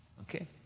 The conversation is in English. Okay